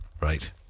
Right